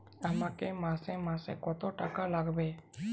আমাকে মাসে মাসে কত টাকা লাগবে?